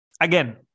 Again